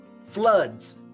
floods